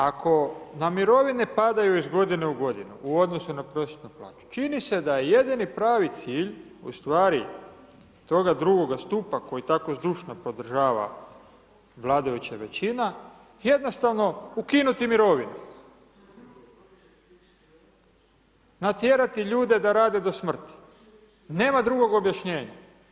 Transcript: Ako na mirovine padaju iz godine u godinu u godinu u odnosu na prosječnu plaću, čini se da je jedini pravi cilj ustvari toga drugoga stupa koji tako zdušno podržava vladajuća većina jednostavno ukinuti mirovinu, natjerati ljude da rade do smrti, nema drugog objašnjenja.